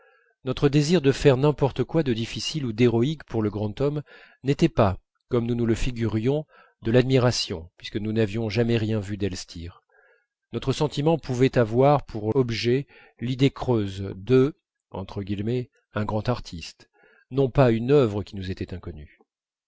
notre désir de faire n'importe quoi de difficile ou d'héroïque pour le grand homme n'était pas comme nous nous le figurions de l'admiration puisque nous n'avions jamais rien vu d'elstir notre sentiment pouvait avoir pour objet l'idée creuse de un grand artiste non pas une œuvre qui nous était inconnue